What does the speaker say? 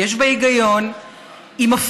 יש בה היגיון,